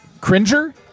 Cringer